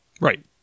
Right